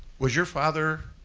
was your father,